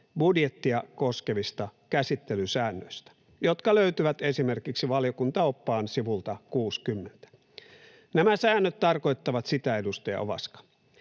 budjettia koskevista käsittelysäännöistä, jotka löytyvät esimerkiksi valiokuntaoppaan sivulta 60. Nämä säännöt tarkoittavat sitä, edustaja Ovaska,